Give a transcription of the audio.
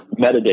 metadata